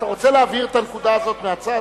אתה רוצה להבהיר את הנקודה הזאת מהצד?